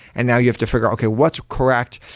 and now you have to figure out, okay. what's correct,